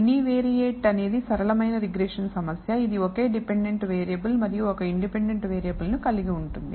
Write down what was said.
univariate అనేది సరళమైన regression సమస్య ఇది ఒకే డిపెండెంట్ వేరియబుల్ మరియు ఒక ఇండిపెండెంట్ వేరియబుల్ ను కలిగి ఉంటుంది